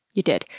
you did.